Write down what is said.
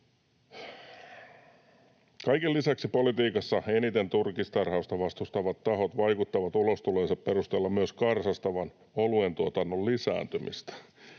Kaiken lisäksi politiikassa eniten turkistarhausta vastustavat tahot vaikuttavat ulostulojensa perusteella myös karsastavan oluentuotannon lisääntymistä.